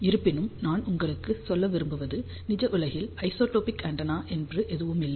இருப்பினும் நான் உங்களுக்கு சொல்ல விரும்புவது நிஜ உலகில் ஐசோட்ரோபிக் ஆண்டெனா என்று எதுவும் இல்லை